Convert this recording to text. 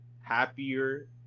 happier